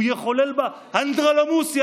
הוא יחולל בה אנדרלמוסיה,